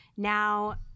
Now